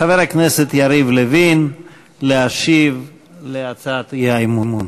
חבר הכנסת יריב לוין להשיב על הצעת האי-אמון.